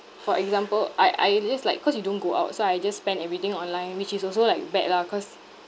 for example I I just like cause you don't go out so I just spend everything online which is also like bad lah cause